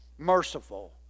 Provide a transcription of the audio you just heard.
Merciful